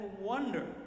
wonder